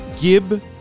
Gib